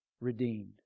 redeemed